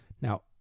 Now